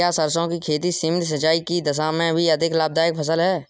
क्या सरसों की खेती सीमित सिंचाई की दशा में भी अधिक लाभदायक फसल है?